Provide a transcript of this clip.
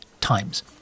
times